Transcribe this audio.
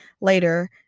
later